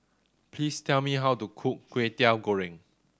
please tell me how to cook Kwetiau Goreng